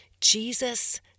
Jesus